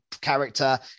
character